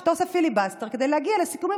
אתה עושה פיליבסטר כדי להגיע לסיכומים